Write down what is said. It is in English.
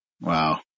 Wow